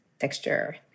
texture